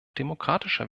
demokratischer